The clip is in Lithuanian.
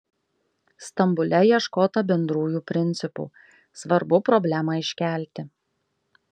stambule ieškota bendrųjų principų svarbu problemą iškelti